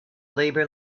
labor